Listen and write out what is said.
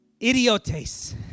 Idiotes